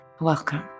welcome